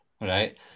Right